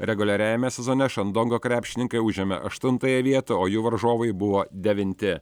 reguliariajame sezone šandongo krepšininkai užėmė aštuntąją vietą o jų varžovai buvo devinti